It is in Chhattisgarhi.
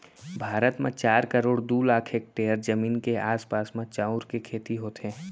भारत म चार करोड़ दू लाख हेक्टेयर जमीन के आसपास म चाँउर के खेती होथे